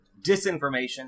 Disinformation